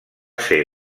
ser